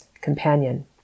companion